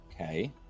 Okay